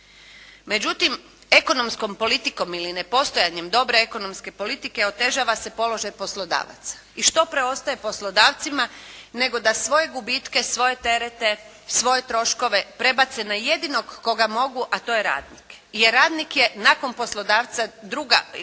Međutim, ekonomskom politikom ili nepostojanjem dobre ekonomske politike otežava se položaj poslodavaca. I što preostaje poslodavcima nego da svoje gubitke, svoje terete, svoje troškove prebace na jedinog koga mogu, a to je radnik. Jer radnik je nakon poslodavca druga, još